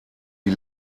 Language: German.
die